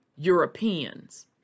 Europeans